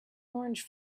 orange